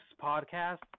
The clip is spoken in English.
podcast